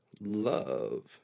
Love